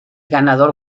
ganador